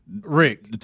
Rick